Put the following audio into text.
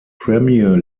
premier